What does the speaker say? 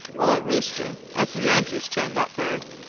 or rooster, as the yankees term that bird,